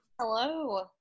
Hello